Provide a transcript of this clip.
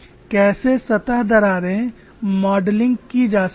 कैसे सतह दरारें मॉडलिंग की जा सकती हैं